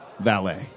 Valet